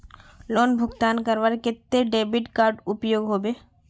Loan भुगतान करवार केते डेबिट कार्ड उपयोग होबे?